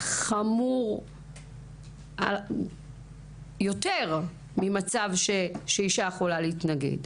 זה חמור יותר ממצב שאישה יכולה להתנגד.